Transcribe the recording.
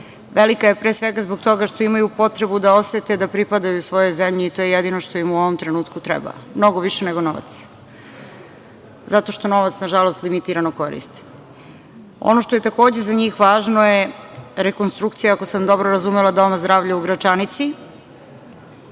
velika je pre svega zbog toga što imaju potrebu da osete da pripadaju svojoj zemlji i to je jedino što im u ovom trenutku treba, mnogo više nego novac. Zato što novac, nažalost, limitirano koriste. Ono što je takođe za njih važno je rekonstrukcija, ako sam dobro razumela, Doma zdravlja u Gračanici,